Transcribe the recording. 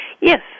Yes